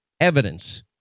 evidence